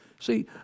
See